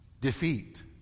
defeat